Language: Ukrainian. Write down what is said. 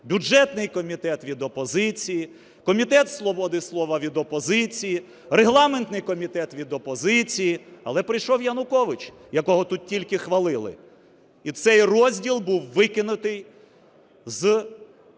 бюджетний комітет – від опозиції, Комітет свободи слова – від опозиції, регламентний комітет – від опозиції. Але прийшов Янукович, якого тут тільки хвалили, і цей розділ був викинутий взагалі